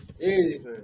Easy